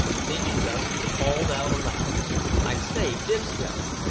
thinking thus, he called out aloud i say, disco!